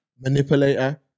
manipulator